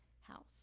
house